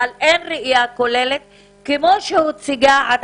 אבל אין ראייה כוללת כמו שהוצגה עד